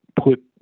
put